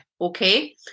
okay